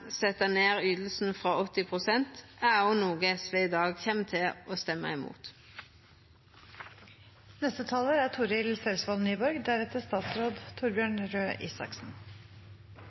ned løyvinga frå 80 pst. er òg noko SV i dag kjem til å stemma